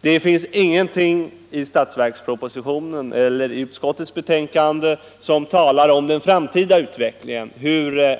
Det finns ingenting i statsverkspropositionen eller i utskottsbetänkandet som talar om